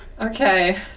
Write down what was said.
Okay